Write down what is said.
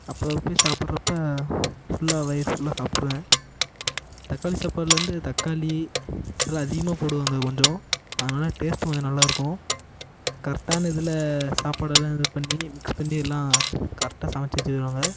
அப்போ போய் சாப்புடுறப்போ ஃபுல்லாக வயிறு ஃபுல்லாக சாப்பிட்ருவேன் தக்காளி சாப்பாட்லருந்து தக்காளி நல்லா அதிகமாக போடுவாங்க கொஞ்சம் அதனால் டேஸ்ட்டும் கொஞ்சம் நல்லாருக்கும் கரெக்டான இதில் சாப்பாடு எல்லாம் இது பண்ணி மிக்ஸ் பண்ணி எல்லாம் கரெக்டாக சமைச்சி வச்சுருவாங்க